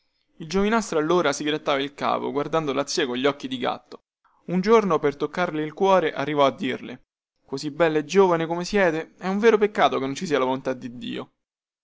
il giovinastro allora si grattava il capo guardando la zia cogli occhi di gatto un giorno per toccarle il cuore arrivò a dirle così bella e giovane come siete è un vero peccato che non ci sia la volontà di dio